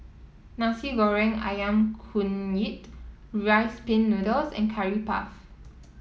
Nasi Goreng ayam Kunyit Rice Pin Noodles and Curry Puff